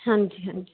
ਹਾਂਜੀ ਹਾਂਜੀ